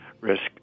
risk